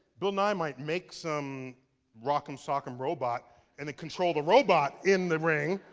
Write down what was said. bill nye might make some rock-em, sock-em robot and control the robot in the ring.